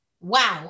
wow